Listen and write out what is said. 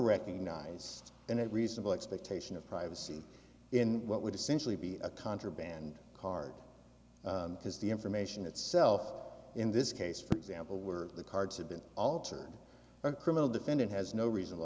recognize and it reasonable expectation of privacy in what would essentially be a contraband card because the information itself in this case for example were the cards had been altered a criminal defendant has no reasonable